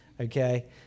okay